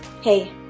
Hey